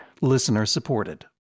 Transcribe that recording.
listener-supported